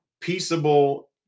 peaceable